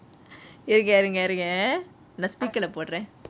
இருங்க இருங்க இருங்க நான்:irunge irunge irunge naan speaker லே போடுறேன்:le poduren